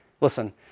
Listen